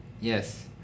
Yes